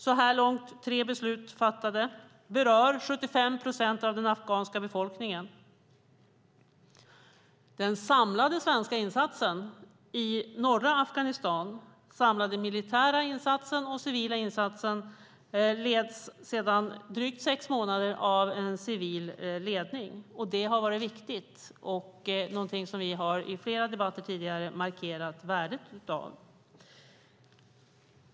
Så här långt är tre beslut fattade som berör 75 procent av den afghanska befolkningen. Den samlade svenska militära och civila insatsen i norra Afghanistan har sedan drygt sex månader en civil ledning. Det har varit viktigt och någonting som vi har markerat värdet av i flera debatter tidigare.